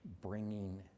bringing